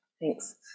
thanks